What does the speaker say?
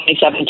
2017